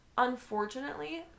Unfortunately